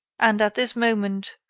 and, at this moment,